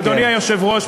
אדוני היושב-ראש,